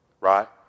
right